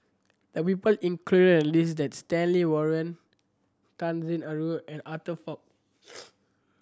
the people included the list that's Stanley Warren Tan Sin Aun and Arthur Fong